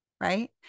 right